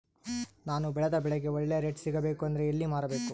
ನಾನು ಬೆಳೆದ ಬೆಳೆಗೆ ಒಳ್ಳೆ ರೇಟ್ ಸಿಗಬೇಕು ಅಂದ್ರೆ ಎಲ್ಲಿ ಮಾರಬೇಕು?